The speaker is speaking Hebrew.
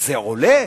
זה עולה?